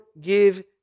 give